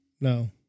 No